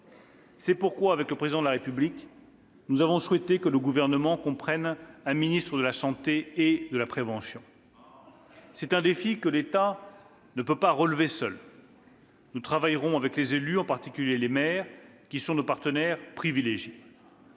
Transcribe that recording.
C'est pourquoi, avec le Président de la République, j'ai souhaité que le Gouvernement comprenne un ministre de la santé et de la prévention. » Ah !« C'est un défi que l'État ne peut pas relever seul. Nous travaillerons avec les élus, en particulier les maires, qui sont nos partenaires privilégiés.